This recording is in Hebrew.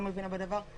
לא מבינה בדבר.